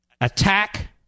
attack